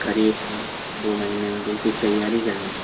قریب دو مہینے میں تو اسی تیاری کرنی